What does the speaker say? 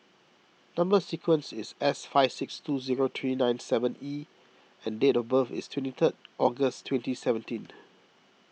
Number Sequence is S five six two zero three nine seven E and date of birth is twenty third August twenty seventeen